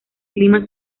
clima